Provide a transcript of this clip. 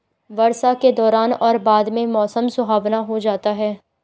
वर्षा के दौरान और बाद में मौसम सुहावना हो जाता है